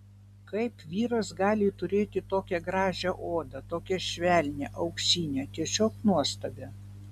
kaip vyras gali turėti tokią gražią odą tokią švelnią auksinę tiesiog nuostabią